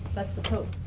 that's the pope.